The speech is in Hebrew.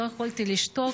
לא יכולתי לשתוק.